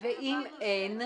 ואם אין?